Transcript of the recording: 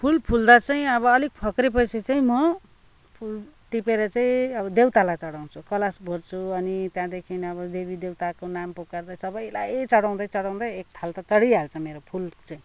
फुल फुल्दा चाहिँ अब अलिक फक्रियो पछि चाहिँ म फुल टिपेर चाहिँ अब देउतालाई चढाउँछु कलश भर्छु अनि त्यहाँदेखि देवी अब देउताको नाम पुकार्दै सबैलाई चढाउँदै चढाउँदै एक थाल त चढिहाल्छ मेरो फुल चाहिँ